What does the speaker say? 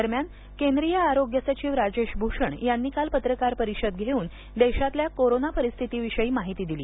दरम्यान केंद्रीय आरोग्य सचिव राजेश भूषण यांनी काल पत्रकार परिषद घेऊन देशातल्या कोरोना परिस्थितीविषयी माहिती दिली